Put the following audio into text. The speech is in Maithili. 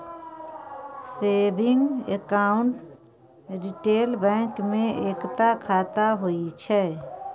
सेबिंग अकाउंट रिटेल बैंक मे एकता खाता होइ छै